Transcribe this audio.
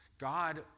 God